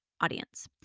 audience